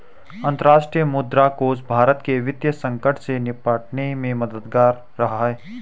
अंतर्राष्ट्रीय मुद्रा कोष भारत के वित्तीय संकट से निपटने में मददगार रहा है